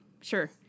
sure